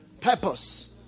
purpose